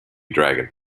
dragon